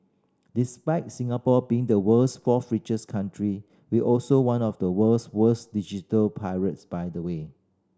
despite Singapore being the world's fourth richest country we also one of the world's worst digital pirates by the way